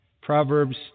Proverbs